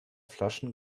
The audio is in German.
flaschen